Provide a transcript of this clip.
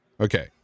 Okay